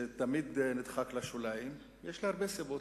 שתמיד נדחק לשוליים: יש לי הרבה סיבות